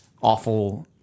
awful